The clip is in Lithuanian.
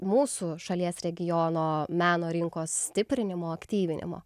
mūsų šalies regiono meno rinkos stiprinimo aktyvinimo